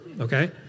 okay